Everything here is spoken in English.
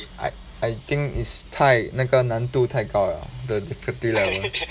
I I think is 太那个难度太高 liao the difficulty level